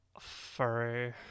furry